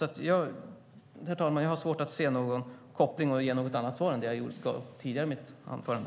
Jag har alltså svårt att se någon annan koppling och att ge något annat svar än det jag gav tidigare.